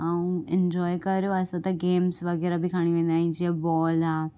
ऐं इंजोय कयो असां त गेम्स वग़ैरह बि खणी वेंदा आहियूं जीअं बॉल आहे